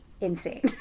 insane